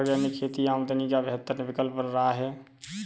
organic खेती आमदनी का बेहतर विकल्प बन रहा है